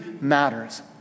matters